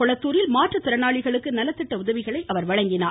கொளத்தூரில் மாற்றுத் திறனாளிகளுக்கு நலத்திட்ட உதவிகளை வழங்கினார்